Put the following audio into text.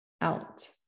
out